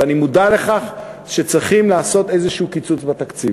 ואני מודע לכך שצריכים לעשות איזשהו קיצוץ בתקציב.